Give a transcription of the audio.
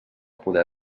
poder